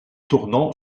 tournon